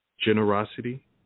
generosity